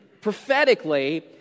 prophetically